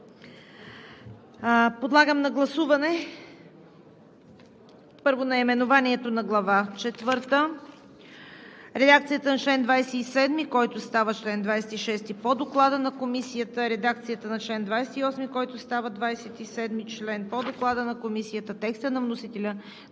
Подлагам на гласуване: наименованието на Глава четвърта; редакцията на чл. 27, който става чл. 26 по Доклада на Комисията; редакцията на чл. 28, който става чл. 27 по Доклада на Комисията; текста на вносителя